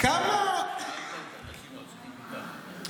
שאלת את האנשים העוסקים בכך?